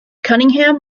cunningham